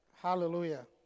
Hallelujah